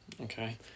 Okay